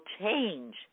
change